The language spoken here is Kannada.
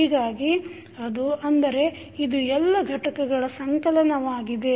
ಹೀಗಾಗಿ ಅಂದರೆ ಇದು ಎಲ್ಲ ಘಟಕಗಳ ಸಂಕಲನವಾಗಿದೆ